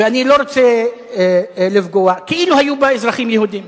ואני לא רוצה לפגוע, כאילו היו בה אזרחים יהודים,